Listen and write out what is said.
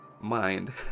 mind